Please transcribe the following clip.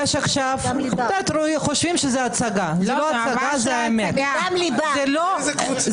אנשים מדברים מדם ליבם.